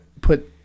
put